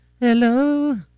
Hello